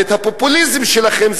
ואת הפופוליזם שלכם,